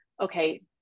okay